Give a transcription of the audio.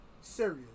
serious